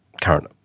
current